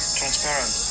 transparent